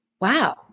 wow